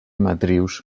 matrius